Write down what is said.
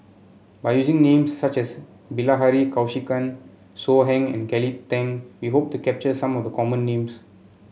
by using names such as Bilahari Kausikan So Heng and Kelly Tang we hope to capture some of the common names